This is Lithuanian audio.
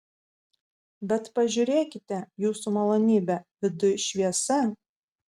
bet pažiūrėkite jūsų malonybe viduj šviesa